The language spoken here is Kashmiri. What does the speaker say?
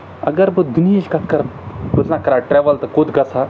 اگر بہٕ دُنہِچ کَتھ کَرٕ بہٕ زَنہٕ کَرہا ٹرٛیوٕل تہٕ کوٚت گژھ ہا